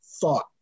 thought